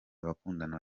abakundana